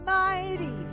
mighty